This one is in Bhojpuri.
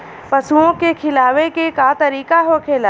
पशुओं के खिलावे के का तरीका होखेला?